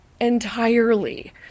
entirely